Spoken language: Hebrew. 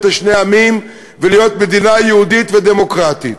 לשני עמים ולהיות מדינה יהודית ודמוקרטית.